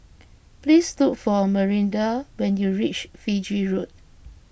please look for Marinda when you reach Fiji Road